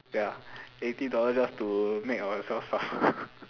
ya eighty dollar just to make ourselves suffer